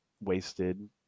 wasted